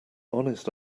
honest